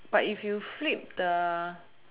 but if you flip the